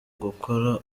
gukora